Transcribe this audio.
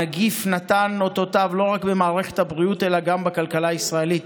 הנגיף נתן אותותיו לא רק במערכת הבריאות אלא גם בכלכלה הישראלית.